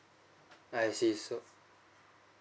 I see so